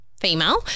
female